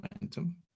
momentum